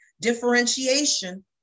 differentiation